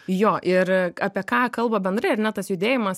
jo ir apie ką kalba bendrai ar ne tas judėjimas